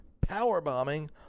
powerbombing